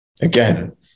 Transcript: Again